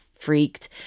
Freaked